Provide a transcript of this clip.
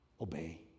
obey